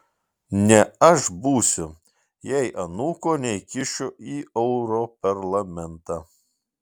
ne aš būsiu jei anūko neįkišiu į europarlamentą